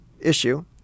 issue